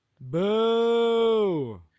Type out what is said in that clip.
boo